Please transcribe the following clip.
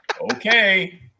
Okay